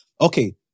Okay